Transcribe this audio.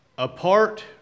apart